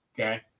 Okay